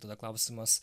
tada klausimas